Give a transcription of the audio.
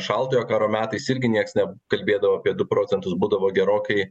šaltojo karo metais irgi nieks nekalbėdavo apie du procentus būdavo gerokai